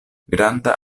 granda